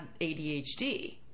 ADHD